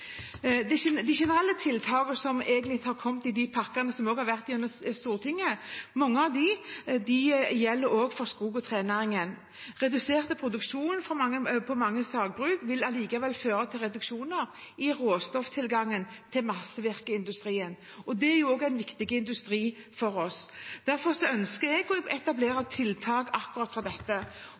de generelle tiltakene som har kommet i de pakkene som har vært igjennom Stortinget, gjelder også for skog- og trenæringen. Redusert produksjon på mange sagbruk vil likevel føre til reduksjoner i råstofftilgangen til massevirkeindustrien. Det er også en viktig industri for oss. Derfor ønsker jeg å etablere tiltak akkurat for dette.